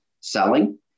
selling